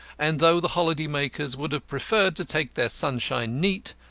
and though the holiday-makers would have preferred to take their sunshine neat,